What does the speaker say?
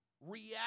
React